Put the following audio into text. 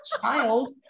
Child